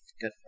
Good